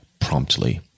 promptly